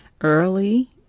Early